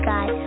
God